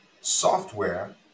Software